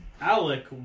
Alec